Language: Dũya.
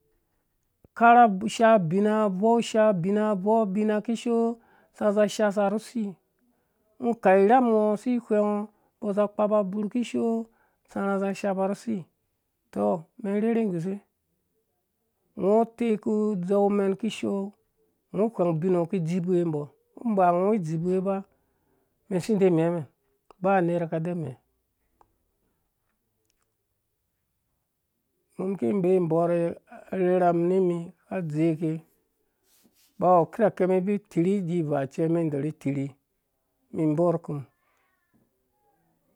Karha ishaa bina vɛu ishaa bina vɛu abina kishoo saka zi shasha rhu usi ngɔ kau irham ngɔ si whengɔ mbɔ zi kpaba dzur kishoo tsarha zi shapa rhu si tɔ mɛn rherhe guse ngɔ utɛ ku dzeu mɛn kishoo ngɔ dizibuweba mɛn si da mɛ ɛn ba borɛ arherha mumn mi ka dzeke bawu aki rhawhe mu ki vii tirh diivaa cɛmɛn dɔrhi tirhi mi ɔr kum,